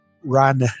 run